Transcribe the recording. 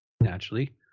naturally